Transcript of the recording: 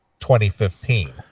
2015